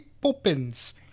Poppins